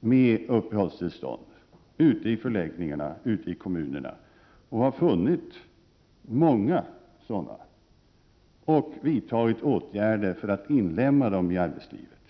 med uppehållstillstånd det finns på förläggningarna ute i kommunerna. Man har funnit många sådana personer och vidtagit åtgärder för att inlemma dem i arbetslivet.